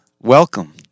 Welcome